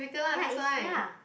ya it's ya